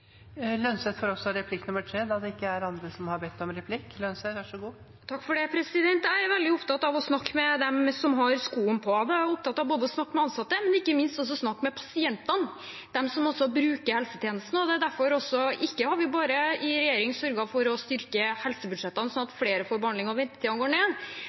Jeg er veldig opptatt av å snakke med dem som har skoen på, og da er jeg opptatt av å snakke med ansatte, men ikke minst også å snakke med pasientene, de som bruker helsetjenestene. Derfor har vi i regjering sørget for ikke bare å styrke helsebudsjettene slik at flere får behandling og ventetidene går ned,